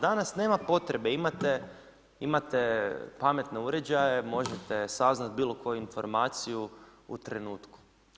Danas nema potrebe imate pametne uređaje, možete saznati bilo koju informaciju u trenutku.